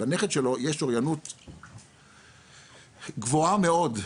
לנכד שלו יש אוריינות דיגיטלית גבוהה מאוד,